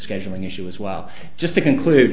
scheduling issue as well just to conclude